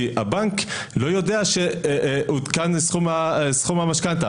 כי הבנק לא יודע שעודכן סכום המשכנתה.